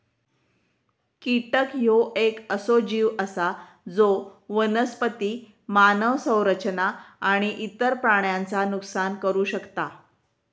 कीटक ह्यो येक असो जीव आसा जो वनस्पती, मानव संरचना आणि इतर प्राण्यांचा नुकसान करू शकता